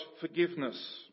forgiveness